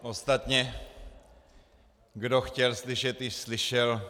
Ostatně kdo chtěl slyšet, již slyšel.